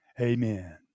Amen